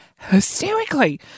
hysterically